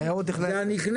זה התיירות הנכנסת?